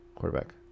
Quarterback